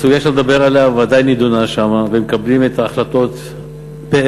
הסוגיה שאתה מדבר עליה בוודאי נדונה שם ומקבלים את ההחלטות פה-אחד.